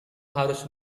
harus